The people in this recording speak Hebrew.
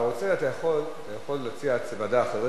אתה יכול להציע ועדה אחרת,